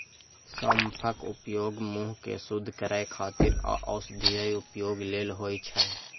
सौंफक उपयोग मुंह कें शुद्ध करै खातिर आ औषधीय उपयोग लेल होइ छै